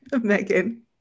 Megan